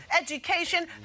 education